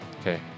Okay